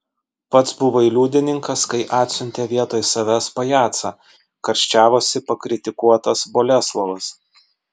pats buvai liudininkas kai atsiuntė vietoj savęs pajacą karščiavosi pakritikuotas boleslovas